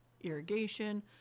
irrigation